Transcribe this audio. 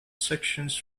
sections